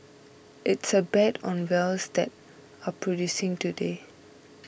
it's a bet on wells that are producing today